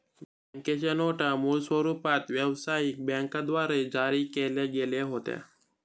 बँकेच्या नोटा मूळ स्वरूपात व्यवसायिक बँकांद्वारे जारी केल्या गेल्या होत्या